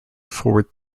forward